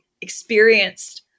experienced